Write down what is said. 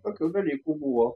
tokių dalykų buvau